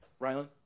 Rylan